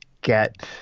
get